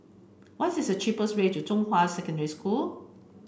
what is the cheapest way to Zhonghua Secondary School